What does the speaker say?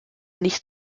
nicht